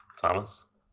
Thomas